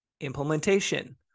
implementation